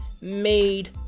made